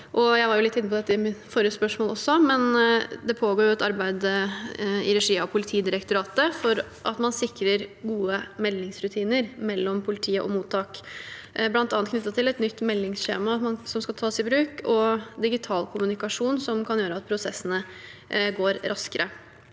Jeg var jo litt inne på dette også i mitt forrige spørsmål, men det pågår et arbeid i regi av Politidirektoratet for å sikre gode meldingsrutiner mellom politi og mottak, bl.a. knyttet til et nytt meldingsskjema som skal tas i bruk, og digital kommunikasjon som kan gjøre at prosessene går raskere.